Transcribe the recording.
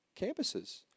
campuses